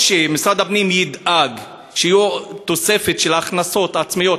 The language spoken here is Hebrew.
או שמשרד הפנים ידאג שתהיה תוספת של הכנסות עצמיות